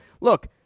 look